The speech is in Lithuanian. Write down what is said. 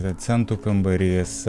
centų kambarys